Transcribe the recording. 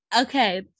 Okay